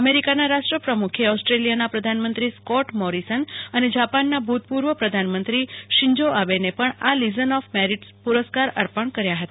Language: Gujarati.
અમેરિકાના રાષ્ટ્રપ્રમુખે ઓસ્ટ્રેલિયાના પ્રધાનમંત્રી સકોટ મોરીસન અને જાપાનના ભૂતપૂર્વ પ્રધાનમંત્રી શિંજો આબેને પણ લીઝન ઓફ મેરીટ પુરસ્કાર અર્પણ કર્યા હતા